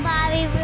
Bobby